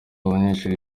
abanyeshuri